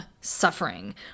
suffering